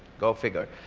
go figure.